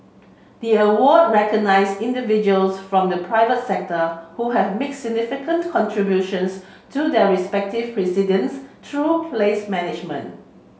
the award recognise individuals from the private sector who have mix significant contributions to their respective precincts through place management